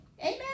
Amen